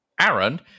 Aaron